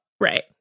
right